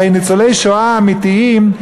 הרי ניצולי שואה אמיתיים,